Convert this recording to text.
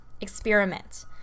experiment